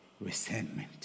resentment